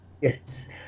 Yes